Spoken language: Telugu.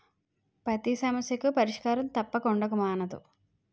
పతి సమస్యకు పరిష్కారం తప్పక ఉండక మానదు